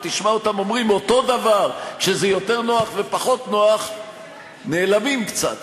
ותשמע אותם אומרים אותו דבר כשזה יותר נוח וכשפחות נוח נעלמים קצת,